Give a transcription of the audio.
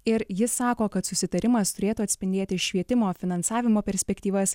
ir jis sako kad susitarimas turėtų atspindėti švietimo finansavimo perspektyvas